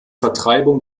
vertreibung